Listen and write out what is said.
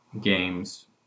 games